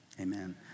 amen